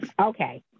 Okay